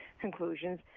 conclusions